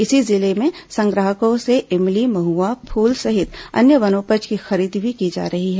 इसी जिले में संग्राहकों से इमली महुआ फूल सहित अन्य वनोपजों की खरीदी भी की जा रही है